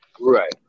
Right